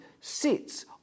sits